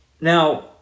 Now